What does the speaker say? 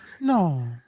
no